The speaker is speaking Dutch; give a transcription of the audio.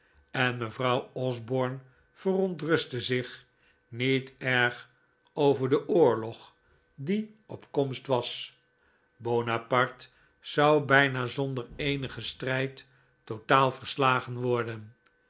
en mevrouw osborne verontrustte zich niet erg over den oorlog die op komst was bonaparte zou bijna zonder eenigen strijd totaal verslagen worden